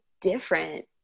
different